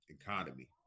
economy